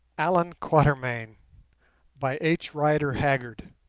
allan quatermain by h. rider haggard